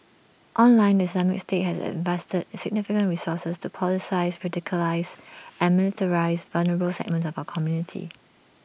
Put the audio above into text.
online the Islamic state has invested significant resources to politicise radicalise and militarise vulnerable segments of our community